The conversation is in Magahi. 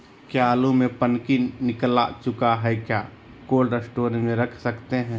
क्या आलु में पनकी निकला चुका हा क्या कोल्ड स्टोरेज में रख सकते हैं?